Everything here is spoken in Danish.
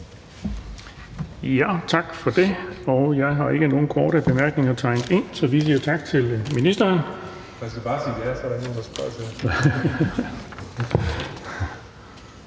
Tak for det. Jeg har ikke nogen korte bemærkninger tegnet ind, så vi siger tak til ministeren. Så kan vi gå videre til